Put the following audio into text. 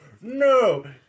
no